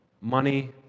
money